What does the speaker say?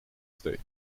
state